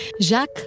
Jacques